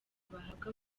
bahabwa